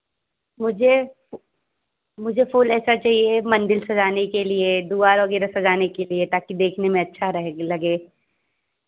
मुझे फू मुझे फूल ऐसा चाहिए मंदिर सजाने के लिये दुआर वगैरह सजाने के लिए ताकि देखने में अच्छा रहे लगे